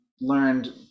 learned